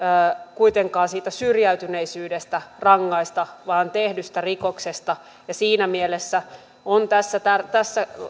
kuitenkaan siitä syrjäytyneisyydestä rangaista vaan tehdystä rikoksesta siinä mielessä on tässä tässä